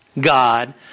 God